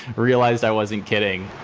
realized i wasn't kidding